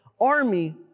army